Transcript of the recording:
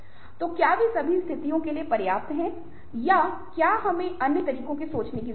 तो क्या वे सभी स्थितियों के लिए पर्याप्त हैं या क्या हमें अन्य तरीकों से सोचने की जरूरत है